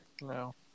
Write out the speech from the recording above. No